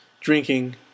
Drinking